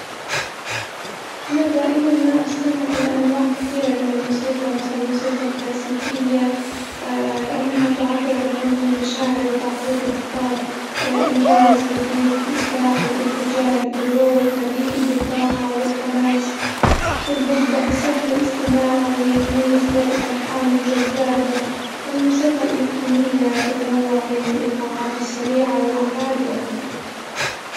أنا دائمًا ما أستمع إلى أنواع كثيرة من الموسيقى، مثل الموسيقى الكلاسيكية لأنها تعبر عن عمق المشاعر وتعقيد الأفكار الجاز بيتميز بالإبداع والارتجال، الروب مليء بالطاقة والحماس، والبوب سهل الاستماع ويتميز بالألحان الجذابة، والموسيقى الإلكترونية تتنوع بين الإيقاعات السريعة والهادئة.